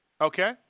Okay